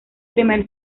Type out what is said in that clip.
primer